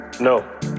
No